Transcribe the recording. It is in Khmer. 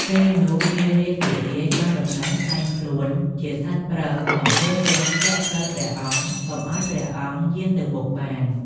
ពេលនោះ មារាធិរាជបានដំណែងក្លែងខ្លួនជាសត្វប្រើសមករារាំងស្ទាក់ផ្លូវព្រះអង្គកុំឱ្យព្រះអង្គយាង ទៅមុខបាន។